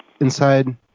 inside